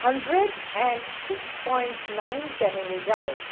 hundred and six point nine চ্যানেলে যাও